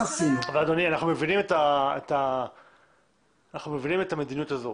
אדוני, אנחנו מבינים את המדיניות הזו.